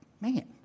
Man